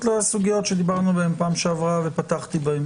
לסוגיות שדיברנו עליהן בפעם שעברה ופתחתי בהן